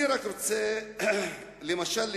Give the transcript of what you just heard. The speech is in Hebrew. אני רק רוצה לציין,